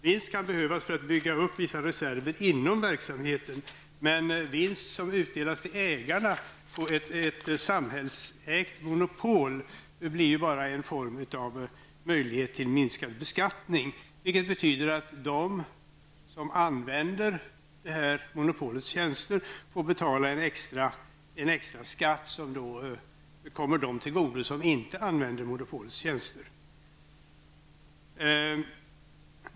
Vinst kan behövas för att bygga upp vissa reserver inom verksamheten, men vinst som utdelas till ägarna i ett samhällsägt monopol blir ju bara en form av möjlighet till minskad beskattning. Det betyder att de som använder monopolets tjänster får betala en extra skatt som kommer dem till godo som inte använder monopolets tjänster.